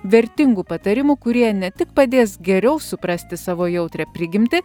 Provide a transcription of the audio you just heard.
vertingų patarimų kurie ne tik padės geriau suprasti savo jautrią prigimtį